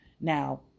Now